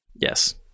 yes